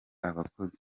abakozi